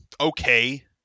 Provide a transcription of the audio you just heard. okay